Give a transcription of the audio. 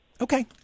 Okay